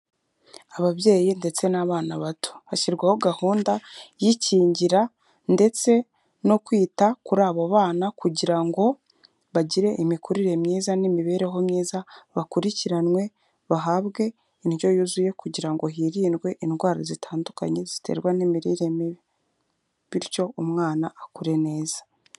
Ababyeyi ndetse n'abana bato. Hashyirwaho gahunda y'ikingira ndetse no kwita kuri abo bana kugira ngo bagire imikurire myiza n'imibereho myiza, bakurikiranwe bahabwe indyo yuzuye kugira ngo hirindwe indwara zitandukanye ziterwa n'imirire mibi. Bityo umwana akure neza.